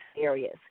areas